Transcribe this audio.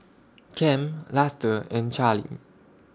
Kem Luster and Charly